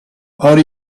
are